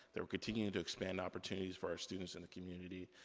that we'll continue to expand opportunities for our students in the community.